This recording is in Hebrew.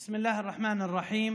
(אומר דברים